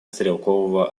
стрелкового